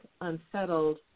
unsettled